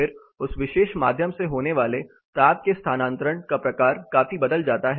फिर उस विशेष माध्यम से होने वाले ताप के स्थानांतरण का प्रकार काफी बदल जाता है